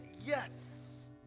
Yes